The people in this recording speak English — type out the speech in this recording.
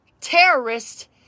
terrorist